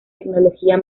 tecnología